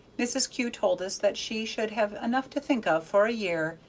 mrs. kew told us that she should have enough to think of for a year,